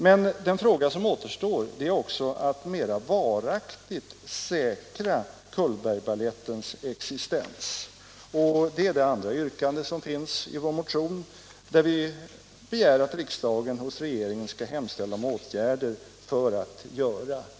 Men den fråga som återstår är också att mera varaktigt säkra Cullbergbalettens existens, och det är det andra yrkandet i vår motion, där vi begär att riksdagen hos regeringen skall hemställa om åtgärder härvidlag.